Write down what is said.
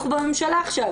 אנחנו בממשלה עכשיו.